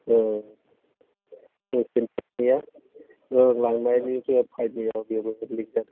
ओं थेंखिनिया लांनायनि दैया पाइपनिया बेबो लिक जादों